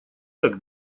так